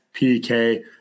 PK